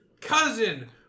cousin